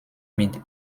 mit